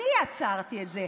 אני עצרתי את זה,